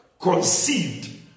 conceived